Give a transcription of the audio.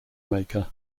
maker